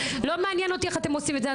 לא מעניין אותי איך אתם עושים את זה.